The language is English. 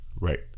Right